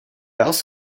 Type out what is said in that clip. else